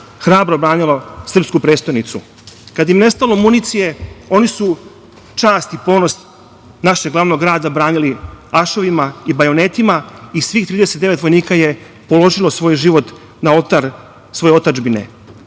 hrabro branilo srpsku prestonicu. Kada im je nestalo municije, oni su čast i ponos našeg glavnog grada branili ašovima i bajonetima i svih 39 vojnika je položilo svoj život na oltar svoje otadžbine.